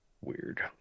Weird